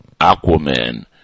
Aquaman